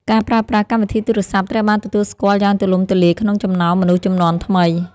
ការប្រើប្រាស់កម្មវិធីទូរសព្ទ ត្រូវបានទទួលស្គាល់យ៉ាងទូលំទូលាយក្នុងចំណោមមនុស្សជំនាន់ថ្មី។